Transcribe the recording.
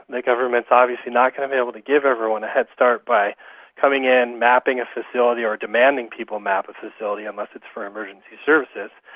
the government is obviously not going to be able to give everyone a head start by coming in, mapping a facility or demanding people map a facility, unless it's for emergency services,